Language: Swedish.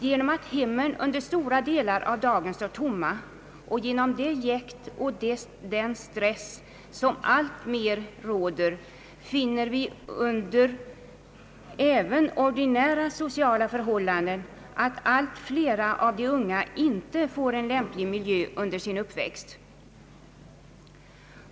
Genom att hemmen under stora delar av dagen står tomma, och genom det jäkt och den stress som alltmera råder finner vi under även ordinära sociala förhållanden, att allt flera av de unga inte får en lämplig miljö under sin uppväxt.